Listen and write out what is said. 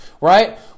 right